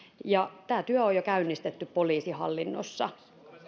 ja näkyvyyttä tämä työ on jo käynnistetty poliisihallinnossa